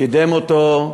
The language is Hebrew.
קידם אותו,